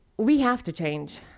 we have to change.